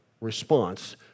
response